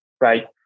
Right